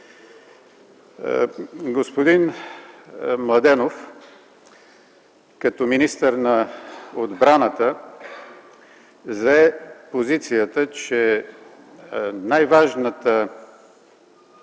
Господин Младенов като министър на отбраната зае позицията, че най-важната